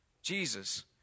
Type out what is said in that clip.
Jesus